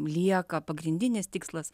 lieka pagrindinis tikslas